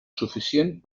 suficient